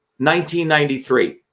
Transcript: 1993